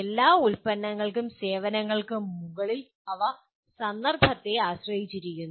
എല്ലാ ഉൽപ്പന്നങ്ങൾക്കും സേവനങ്ങൾക്കും മുകളിൽ അവ സന്ദർഭത്തെ ആശ്രയിച്ചിരിക്കുന്നു